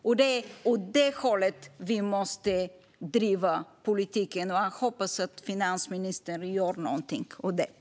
Det är åt det hållet vi måste driva politiken. Jag hoppas att finansministern gör någonting åt detta.